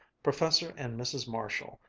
professor and mrs. marshall,